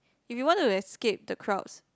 if you want to escape the crowds